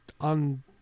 on